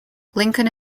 lincoln